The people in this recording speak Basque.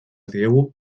diegu